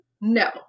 No